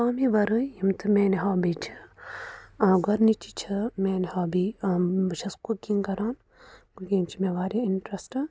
کامہِ وَرٲے یِم تہٕ میٛانہِ ہابی چھِ گۄڈٕنِچی چھِ میٛٲنۍ ہابی بہٕ چھَس کُکِنٛگ کَران کُکِنٛگ چھِ مےٚ واریاہ اِنٹرٛسٹ